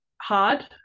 hard